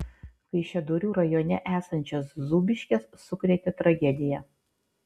kaišiadorių rajone esančias zūbiškes sukrėtė tragedija